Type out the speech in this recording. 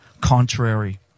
contrary